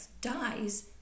dies